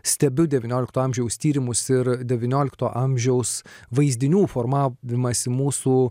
stebiu devyniolikto amžiaus tyrimus ir devyniolikto amžiaus vaizdinių formavimąsi mūsų